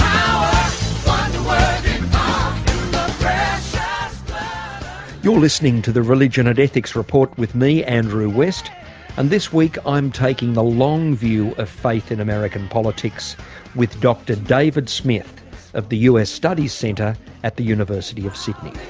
um you're listening to the religion and ethics report with me andrew west and this week i'm taking the long view of faith in american politics with dr david smith of the us studies centre at the university of sydney.